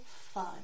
fun